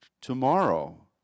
tomorrow